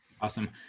Awesome